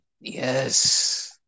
Yes